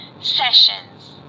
sessions